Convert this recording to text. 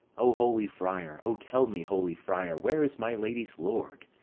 o holy friar, o, tell me, holy friar where is my lady's lord,